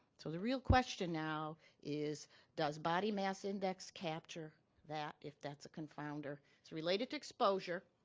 so the real question now is does body mass index capture that if that's a confounder? it's related to exposure,